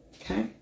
Okay